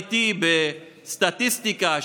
ב-MIT בסטטיסטיקה,